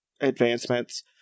advancements